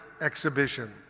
exhibition